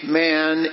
man